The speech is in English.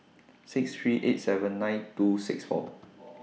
six three eight seven nine two six four